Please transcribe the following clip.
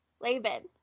Laban